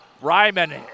Ryman